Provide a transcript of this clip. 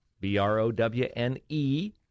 B-R-O-W-N-E